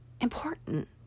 important